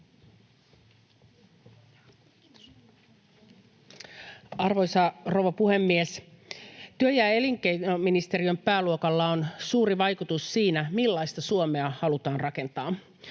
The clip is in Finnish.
Arvoisa rouva puhemies! Työ- ja elinkeinoministeriön pääluokalla on suuri vaikutus siinä, millaista Suomea halutaan rakentaa.